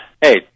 Hey